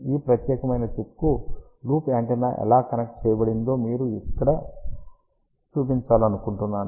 ఈ ప్రత్యేకమైన చిప్కు లూప్ యాంటెన్నా ఎలా కనెక్ట్ చేయబడిందో ఇక్కడ మీకు చూపించాలనుకుంటున్నాను